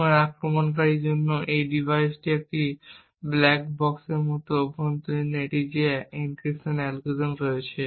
এখন আক্রমণকারীর জন্য এই ডিভাইসটি একটি ব্ল্যাক বক্সের মতো অভ্যন্তরীণভাবে এটিতে একটি এনক্রিপশন অ্যালগরিদম রয়েছে